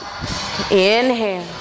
inhale